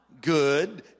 good